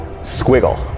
squiggle